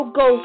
go